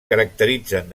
caracteritzen